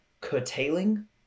curtailing